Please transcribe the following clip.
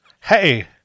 Hey